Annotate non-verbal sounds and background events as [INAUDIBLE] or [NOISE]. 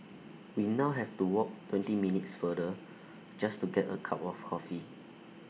we now have to walk twenty minutes farther [NOISE] just to get A cup of coffee